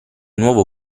nuovo